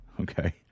okay